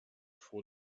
vor